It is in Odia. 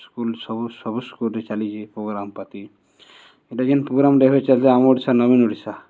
ସ୍କୁଲ୍ ସବୁ ସବୁ ସ୍କୁଲ୍ରେ ଚାଲିଚେ ପୋଗ୍ରାମ୍ ପାତି ଏଟା ଯେନ୍ ପ୍ରୋଗ୍ରାମ୍ଟେ ଏବେ ଚାଲିଥିଲା ଆମ ଓଡ଼ିଶା ନବୀନ ଓଡ଼ିଶା